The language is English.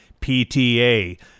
PTA